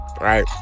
right